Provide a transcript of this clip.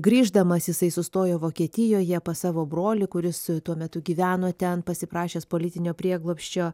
grįždamas jisai sustojo vokietijoje pas savo brolį kuris tuo metu gyveno ten pasiprašęs politinio prieglobsčio